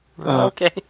Okay